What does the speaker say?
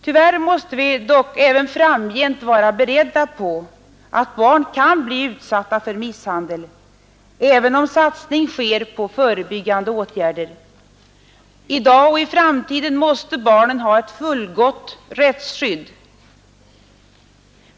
Tyvärr måste vi även framgent vara beredda på att barn kan bli utsatta för misshandel, även om satsning sker på förebyggande åtgärder. Barnen måste därför ha ett fullgott rättsskydd både i dag och i framtiden.